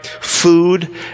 food